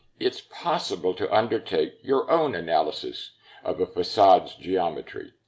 it's possible to undertake your own analysis of a facade's geometry.